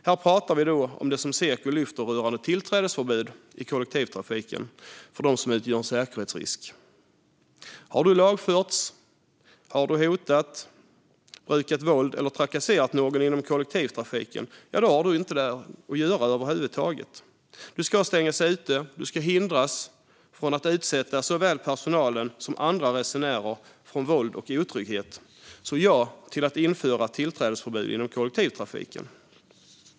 Här pratar vi om det som Seko lyfter rörande tillträdesförbud till kollektivtrafiken för dem som utgör en säkerhetsrisk. Har du lagförts för att ha hotat, brukat våld eller trakasserat någon inom kollektivtrafiken har du inget där att göra över huvud taget. Du ska stängas ute och hindras från att utsätta såväl personalen som andra resenärer för våld och otrygghet. Därför säger vi ja till att införa tillträdesförbud inom kollektivtrafiken.